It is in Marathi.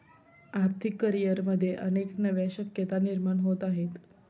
आर्थिक करिअरमध्ये अनेक नव्या शक्यता निर्माण होत आहेत